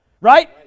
right